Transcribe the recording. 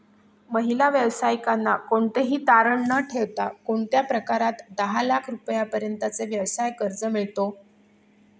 महिला व्यावसायिकांना कोणतेही तारण न ठेवता कोणत्या प्रकारात दहा लाख रुपयांपर्यंतचे व्यवसाय कर्ज मिळतो?